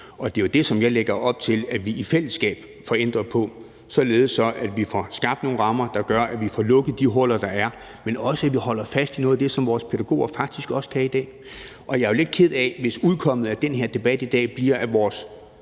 Og det er jo det, som jeg lægger op til at vi i fællesskab får ændret på, således at vi får skabt nogle rammer, der gør, at vi får lukket de huller, der er, men også, at vi holder fast i noget af det, som vores pædagoger faktisk også kan i dag. Jeg er jo lidt ked af, hvis udkommet af den her debat i dag bliver, at vores